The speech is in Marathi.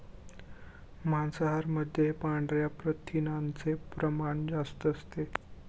मांसाहारामध्ये पांढऱ्या प्रथिनांचे प्रमाण जास्त असते